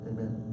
Amen